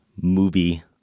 movie